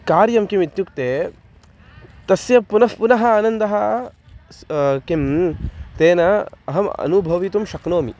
कार्यं किमित्युक्ते तस्य पुनः पुनः आनन्दः किं तेन अहम् अनुभवितुं शक्नोमि